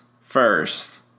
First